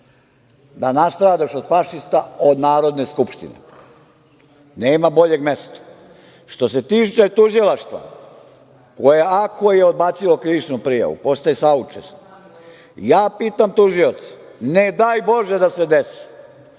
da nastradaš od fašista od Narodne skupštine. Nema boljeg mesta. Što se tiče tužilaštva koje, ako je odbacilo krivičnu prijavu, postaje saučesnik. Ja pitam tužioca - ne daj bože da se desi,